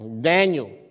Daniel